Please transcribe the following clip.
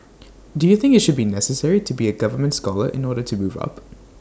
do you think IT should be necessary to be A government scholar in order to move up